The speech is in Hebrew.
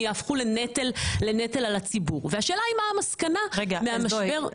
הם יהפכו לנטל על הציבור והשאלה היא מה המסקנה מהמשבר.